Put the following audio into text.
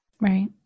Right